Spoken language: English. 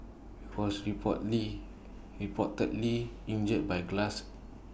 he was reportedly reportedly injured by glass